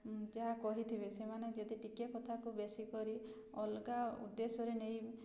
ଯାହା କହିଥିବେ ସେମାନେ ଯଦି ଟିକେ କଥାକୁ ବେଶୀ କରି ଅଲଗା ଉଦ୍ଦେଶ୍ୟରେ ନେଇ